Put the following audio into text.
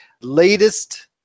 latest